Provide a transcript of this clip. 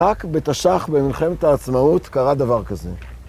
רק בתשח במלחמת העצמאות קרה דבר כזה.